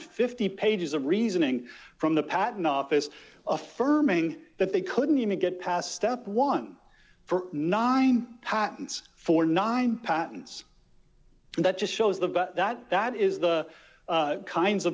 fifty pages of reasoning from the patent office affirming that they couldn't even get past step one for nine hatton's for nine patents that just shows the but that that is the kinds of